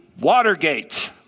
Watergate